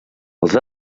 els